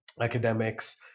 academics